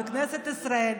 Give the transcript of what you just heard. לכנסת ישראל,